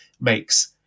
makes